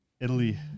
Italy